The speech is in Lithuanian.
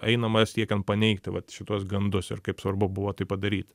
einama siekiant paneigti vat šituos gandus ir kaip svarbu buvo tai padaryt